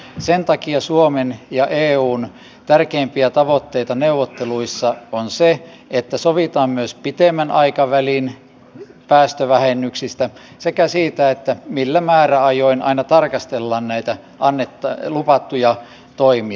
sen takia suomen ja eun tärkeimpiä tavoitteita neuvotteluissa on se että sovitaan myös pitemmän aikavälin päästövähennyksistä sekä siitä millä määräajoin aina tarkastellaan näitä luvattuja toimia